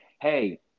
hey